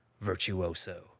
Virtuoso